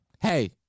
hey